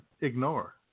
ignore